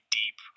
deep